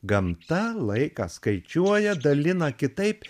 gamta laiką skaičiuoja dalina kitaip